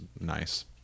nice